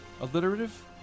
Alliterative